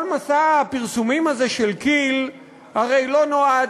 כל מסע הפרסומים הזה של כי"ל הרי לא נועד